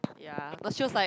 ya no she was like